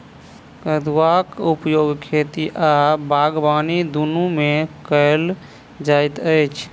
फड़ुआक उपयोग खेती आ बागबानी दुनू मे कयल जाइत अछि